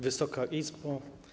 Wysoka Izbo!